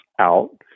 out